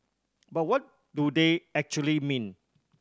but what do they actually mean